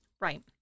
Right